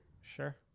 Sure